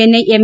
Chennai M